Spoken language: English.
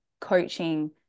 coaching